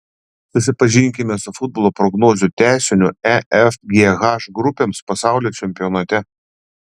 susipažinkime su futbolo prognozių tęsiniu e f g h grupėms pasaulio čempionate